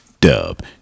dub